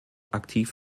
aktiv